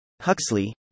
Huxley